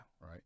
Right